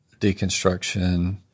deconstruction